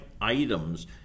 items